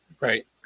Right